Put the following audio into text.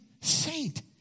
saint